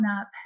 up